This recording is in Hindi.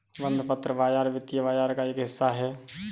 बंधपत्र बाज़ार वित्तीय बाज़ार का एक हिस्सा है